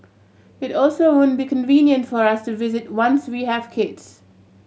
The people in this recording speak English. it also won't be convenient for us to visit once we have kids